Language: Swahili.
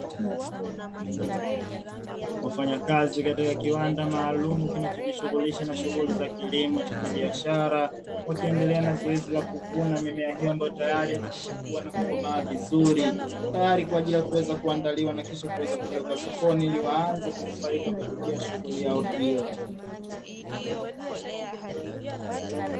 Wafanyakazi katika kiwanda maalum kinachojishughulisha na shughuli za kilimo cha kibiashara, wakiendelea na zoezi la kuvuna mimea hiyo, ambayo tayari imekwisha kuwa na kukomaa vizuri. Tayari kwa ajili ya kuweza kuandaliwa na kisha kuweza kupelekwa sokoni, ili waanze kunufaika kupitia shughuli yao hiyo.